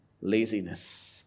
laziness